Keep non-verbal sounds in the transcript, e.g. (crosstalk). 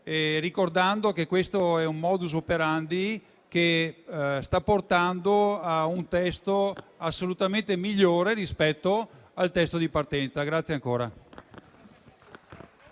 ricordando che questo *modus operandi* sta portando a un testo assolutamente migliore rispetto a quello di partenza. (applause)